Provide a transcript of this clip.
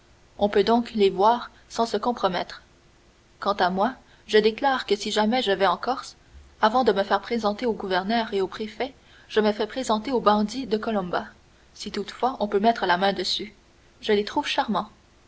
on peut donc les voir sans se compromettre quant à moi je déclare que si jamais je vais en corse avant de me faire présenter au gouverneur et au préfet je me fais présenter aux bandits de colomba si toutefois on peut mettre la main dessus je les trouve charmants